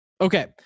Okay